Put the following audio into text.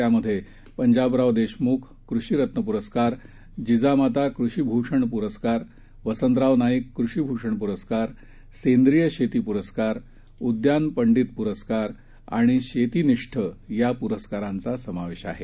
त्यात पंजाबराव देशमुख कृषिरत्न प्रस्कार जिजामाता कृषिभूषण प्रस्कार वसंतराव नाईक कृषिभूषण प्रस्कार सेंद्रिय शेती प्रस्कार उद्यानपंडीत प्रस्कार आणि शेतिनिष्ठ या प्रस्कारांचा समावेश आहे